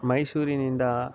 ಮೈಸೂರಿನಿಂದ